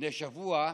לפני שבוע,